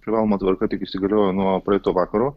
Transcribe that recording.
privaloma tvarka tik įsigaliojo nuo praeito vakaro